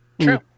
True